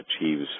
achieves